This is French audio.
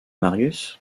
marius